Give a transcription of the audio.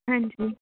ਹਾਂਜੀ